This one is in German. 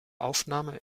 aufnahme